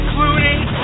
including